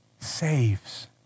saves